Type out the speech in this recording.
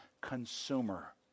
consumer